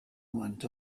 went